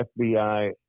FBI